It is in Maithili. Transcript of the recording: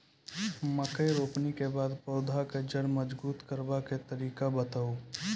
मकय रोपनी के बाद पौधाक जैर मजबूत करबा के तरीका बताऊ?